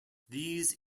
these